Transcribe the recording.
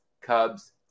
Cubs